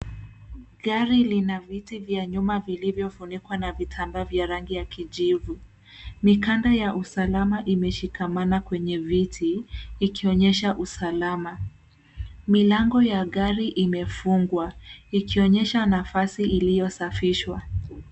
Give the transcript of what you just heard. Gari lina viti vya nyuma vilivyofunikwa na vitamba vya rangi ya kijivu. Mikanda ya usalama imeshikamana kwenye viti ikionyesha usalama. Milango ya gari imefungwa ikionyesha nafasi iliyosafishwa.